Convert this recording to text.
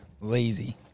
Lazy